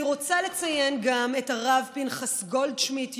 אני רוצה לציין גם את הרב פנחס גולדשמידט,